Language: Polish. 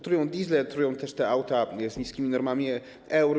Trują diesle, trują też te auta z niskimi normami Euro.